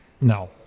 no